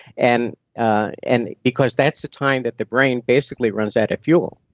and ah and because that's the time that the brain basically runs out of fuel.